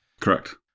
Correct